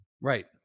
Right